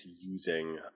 using